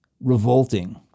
revolting